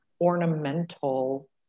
ornamental